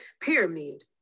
pyramid